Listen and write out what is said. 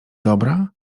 dobra